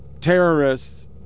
terrorists